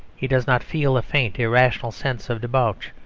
he does not feel a faint irrational sense of debauch,